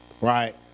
right